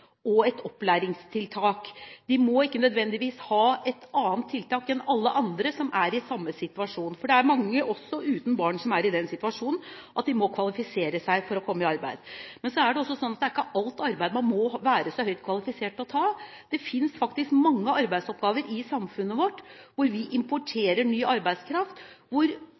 og et opplæringstiltak. De må ikke nødvendigvis ha et annet tiltak enn alle andre som er i samme situasjon – for også mange uten barn er i den situasjonen at de må kvalifisere seg for å komme i arbeid. Men det er ikke alt arbeid man må være så høyt kvalifisert for å ta; det finnes faktisk mange arbeidsoppgaver i samfunnet vårt hvor vi importerer ny arbeidskraft, hvor